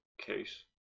case